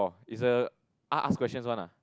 it's a a~ ask questions one ah